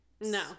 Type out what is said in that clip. No